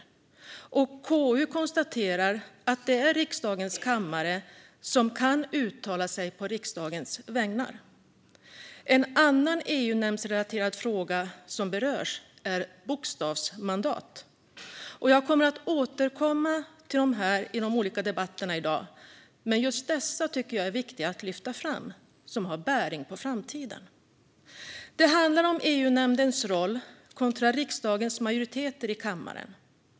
Och KU konstaterar att det är riksdagens kammare som kan uttala sig på riksdagens vägnar. En annan EU-nämndsrelaterad fråga som berörs är bokstavsmandat. Jag kommer att återkomma till dessa frågor i de olika debatterna i dag. Jag tycker att det är viktigt att lyfta fram just dessa. De har bäring på framtiden. Det handlar om EU-nämndens roll kontra riksdagens majoriteter i kammaren.